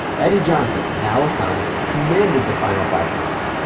eddie johnson, now a sonic, commanded the final five minutes.